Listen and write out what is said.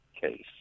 case